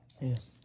Yes